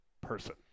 person